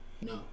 no